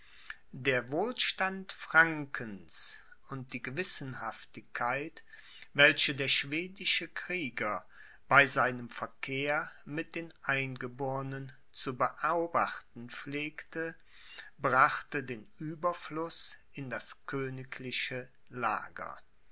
der wohlstand frankens und die gewissenhaftigkeit welche der schwedische krieger bei seinem verkehr mit den eingebornen zu beobachten pflegte brachte den ueberfluß in das königliche lager